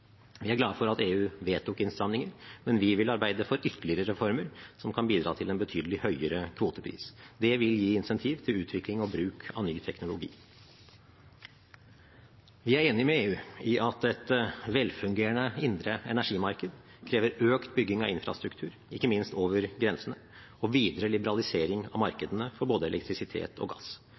Vi er glade for at EU vedtok innstramminger, men vi vil arbeide for ytterligere reformer som kan bidra til en betydelig høyere kvotepris. Det vil gi incentiv til utvikling og bruk av ny teknologi. Vi er enig med EU i at et velfungerende indre energimarked krever økt bygging av infrastruktur, ikke minst over grensene, og videre liberalisering av markedene for både elektrisitet og gass.